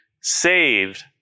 saved